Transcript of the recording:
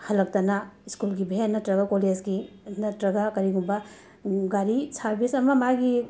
ꯍꯜꯂꯛꯇꯅ school van ꯅꯠꯇ꯭ꯔꯒ ꯀꯣꯂꯦꯁꯀꯤ ꯅꯠꯇ꯭ꯔꯒ ꯀꯔꯤꯒꯨꯝꯕ ꯒꯥꯔꯤ ꯁꯥꯔꯕꯤꯁ ꯑꯃ ꯃꯥꯒꯤ